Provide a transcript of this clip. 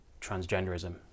transgenderism